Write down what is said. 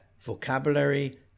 vocabulary